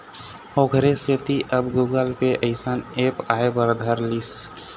ओखरे सेती अब गुगल पे अइसन ऐप आय बर धर लिस